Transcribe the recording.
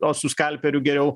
o su skalpeliu geriau